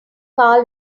carl